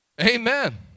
Amen